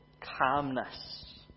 calmness